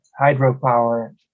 hydropower